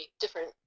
different